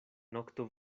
nokto